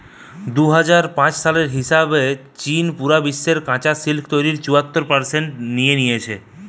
দুই হাজার পাঁচ সালের হিসাব রে চীন পুরা বিশ্বের কাচা সিল্ক তইরির চুয়াত্তর পারসেন্ট লেই লিচে